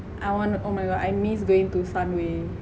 I want oh my god I miss going to sunway